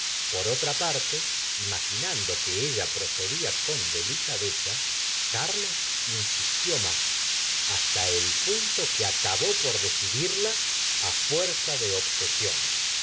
por otra parte imaginando que ella procedía con delica e za carlos insistió más hasta el punto que acabó por decidirla á fuerza de obsesiones